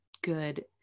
good